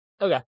Okay